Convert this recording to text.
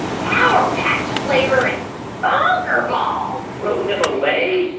sour patch flavor is bonkerballs. throw them away